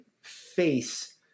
face